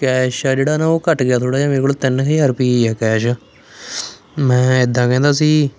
cash ਆ ਜਿਹੜਾ ਨਾ ਉਹ ਘੱਟ ਗਿਆ ਥੋੜ੍ਹਾ ਜਿਹਾ ਮੇਰੇ ਕੋਲ ਤਿੰਨ ਹਜ਼ਾਰ ਰੁਪਈਏ ਹੀ ਆ ਕੈਸ਼ ਮੈਂ ਇੱਦਾਂ ਕਹਿੰਦਾ ਸੀ